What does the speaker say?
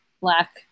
Black